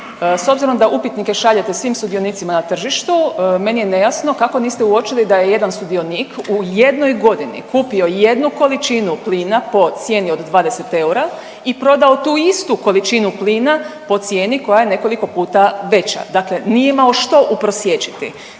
S obzirom da upitnike šaljete svim sudionicima na tržištu, meni je nejasno kako niste uočili da je jedan sudionik u jednoj godini kupio jednu količinu plina po cijeni od 20 eura i prodao tu istu količinu plina po cijeni koja je nekoliko puta veća. Dakle, nije imao što uprosječiti.